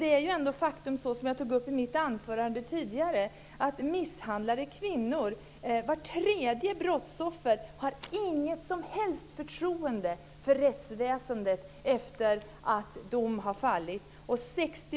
Det är ändå ett faktum, som jag tog upp i mitt anförande tidigare, att vart tredje brottsoffer inte har något som helst förtroende för rättsväsendet efter det att en dom har fallit.